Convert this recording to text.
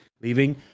leaving